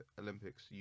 Olympics